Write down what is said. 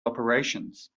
operations